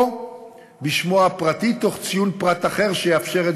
או בשמו הפרטי תוך ציון פרט אחר שיאפשר את